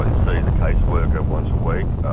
i see the case worker once a week,